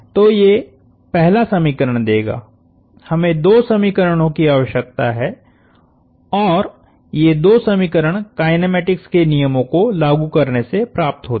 तो ये पहला समीकरण देगा हमें दो समीकरणों की आवश्यकता है और ये दो समीकरण काइनेमेटिक्स के नियमों को लागू करने से प्राप्त होते हैं